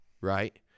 right